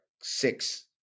six